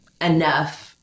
enough